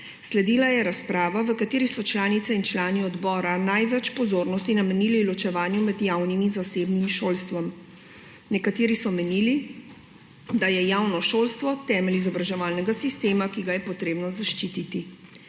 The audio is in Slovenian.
Sledila je razprava, v kateri so članice in člani odbora največ pozornosti namenili ločevanju med javnim in zasebnim šolstvom. Nekateri so menili, da je javno šolstvo temelj izobraževalnega sistema, ki ga je potrebno zaščititi.